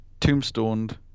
tombstoned